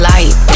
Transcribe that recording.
Light